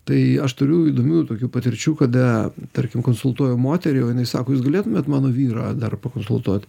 tai aš turiu įdomių tokių patirčių kada tarkim konsultuoju moterį o jinai sako o jūs galėtumėt mano vyrą dar pakonsultuot